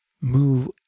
move